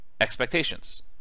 expectations